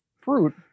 fruit